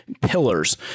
pillars